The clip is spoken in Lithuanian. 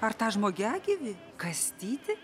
ar tą žmogiagyvį kastytį